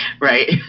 Right